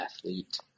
athlete